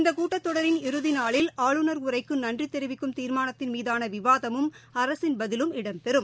இந்த கூட்டத்தொடரின் இறுதி நாளில் ஆளுநர் உரைக்கு நன்றி தெரிவிக்கும் தீர்மானத்தின் மீதான விவாதமும் அரசின் பதிலும் இடம்பெறும்